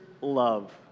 Love